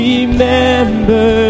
Remember